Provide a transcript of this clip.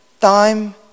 time